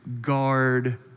guard